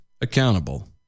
accountable